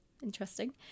interesting